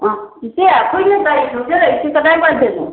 ꯆꯤꯆꯦ ꯑꯩꯈꯣꯏꯅ ꯒꯥꯔꯤ ꯊꯧꯖꯤꯜꯂꯛꯏꯁꯦ ꯀꯗꯥꯏꯋꯥꯏꯗꯅꯣ